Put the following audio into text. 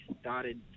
started